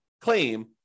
claim